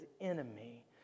enemy